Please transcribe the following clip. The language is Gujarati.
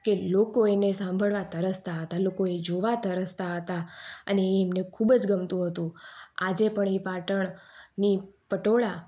કે લોકો એને સાંભળવા તરસતા હતા લોકો એ જોવા તરસતા હતા અને એમને ખૂબ જ ગમતું હતું આજે પણ એ પાટણના પટોળા